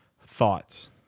Thoughts